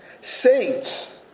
Saints